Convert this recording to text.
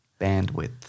Bandwidth